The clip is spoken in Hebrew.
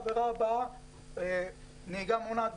העבירה הבאה נהיגה מונעת,